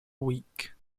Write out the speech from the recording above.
week